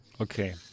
Okay